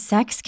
Sex